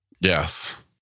Yes